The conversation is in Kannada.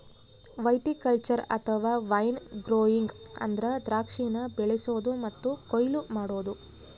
ವೈಟಿಕಲ್ಚರ್ ಅಥವಾ ವೈನ್ ಗ್ರೋಯಿಂಗ್ ಅಂದ್ರ ದ್ರಾಕ್ಷಿನ ಬೆಳಿಸೊದು ಮತ್ತೆ ಕೊಯ್ಲು ಮಾಡೊದು